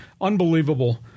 Unbelievable